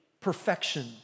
perfection